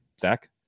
Zach